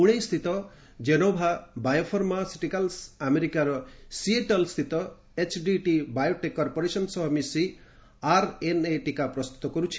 ପୁଣେ ସ୍ଥିତ Gennova biopharmaceuticals ଆମେରିକାର Seattle ସ୍ଥିତ ଏଚ୍ଡିଟି ବାୟୋଟେକ୍ କର୍ପୋରେସନ୍ ସହ ମିଶି ଆର୍ଏନ୍ଏ ଟିକା ପ୍ରସ୍ତୁତି କର୍ଚ୍ଛି